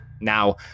Now